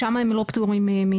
שם הם לא פטורים מבדיקות,